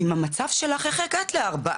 עם המצב שלך איך הגעת לארבעה?